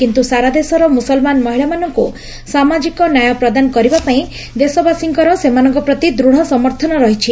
କିନ୍ତୁ ସାରା ଦେଶର ମୁସଲମାନ ମହିଳାମାନଙ୍କୁ ସାମାଜିକ ନ୍ୟାୟ ପ୍ରଦାନ କରିବା ପାଇଁ ଦେଶବାସୀଙ୍କର ସେମାନଙ୍କ ପ୍ରତି ଦୃଢ଼ ସମର୍ଥନ ରହିଛି